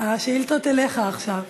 השאילתות אליך עכשיו.